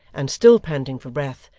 and still panting for breath,